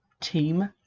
team